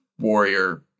warrior